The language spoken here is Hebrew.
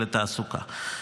לתעסוקה.